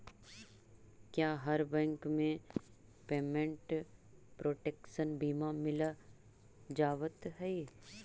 क्या हर बैंक में पेमेंट प्रोटेक्शन बीमा मिल जावत हई